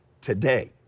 today